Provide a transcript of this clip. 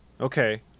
Okay